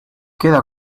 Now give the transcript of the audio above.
queda